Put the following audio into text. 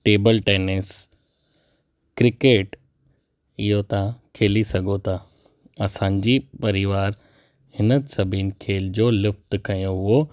table tennis cricket इहो तव्हां खेली सघो था असांजी परिवार हिन सभिनी खेल जो लुफ़्त खयो हुओ